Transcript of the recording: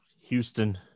Houston